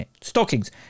stockings